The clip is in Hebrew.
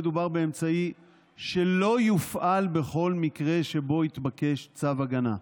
מדובר באמצעי שלא יופעל בכל מקרה שבו יתבקש צו הגנה.